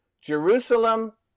Jerusalem